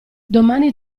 domani